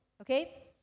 Okay